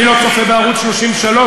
אני לא צופה בערוץ 33,